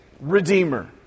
redeemer